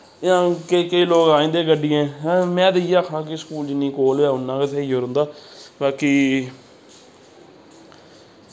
इ'यां केईं केईं लोक आई जंदे गड्डियें हैं में ते इ'यै आखना कि स्कूल जिन्नी कोल होऐ उ'न्ना गै स्हेई रौंह्दा बाकी